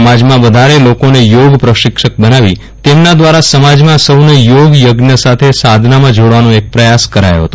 સમાજમાં વધારે લોકોને યોગ પ્રશિક્ષક બનાવી તેમના દ્રારા સમાજમાં સૌને યોગયજ્ઞ સાથે સાધનામાં જોડવાનું એક પ્રયાસ કરાયો હતો